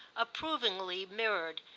approvingly mirrored,